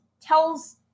tells